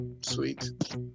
sweet